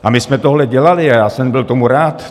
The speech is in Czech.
A my jsme tohle dělali a já jsem byl tomu rád.